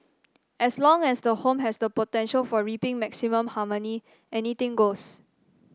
as long as the home has the potential for reaping maximum harmony anything goes